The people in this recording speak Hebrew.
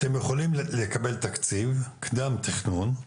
אתם יכולים לקבל תקציב קדם תכנון,